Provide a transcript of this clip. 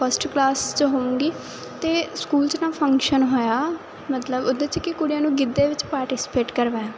first class 'ਚ ਹੋਗੀ ਤੇ ਸਕੂਲ 'ਚ ਨਾ ਫੰਕਸ਼ਨ ਹੋਇਆ ਮਤਲਬ ਉਹਦੇ 'ਚ ਕਿ ਕੁੜੀਆਂ ਨੂੰ ਗਿੱਦੇ ਵਿੱਚ ਪਾਰਟੀਸਪੇਟ ਕਰਵਾਇਆ